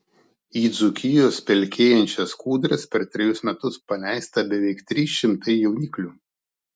į dzūkijos pelkėjančias kūdras per trejus metus paleista beveik trys šimtai jauniklių